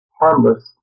harmless